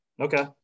Okay